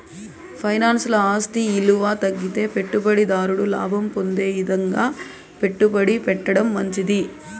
ఫైనాన్స్ల ఆస్తి ఇలువ తగ్గితే పెట్టుబడి దారుడు లాభం పొందే ఇదంగా పెట్టుబడి పెట్టడం మంచిది